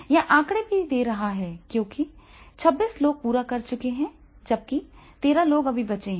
यह आंकड़े भी दे रहा है क्योंकि 26 लोग पूरा कर चुके हैं जबकि 13 अभी भी बचे हैं